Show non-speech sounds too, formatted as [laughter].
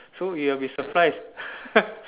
so you'll be surprised [laughs]